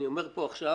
אני אומר פה עכשיו,